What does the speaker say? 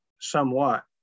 somewhat